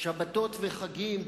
שבתות וחגים?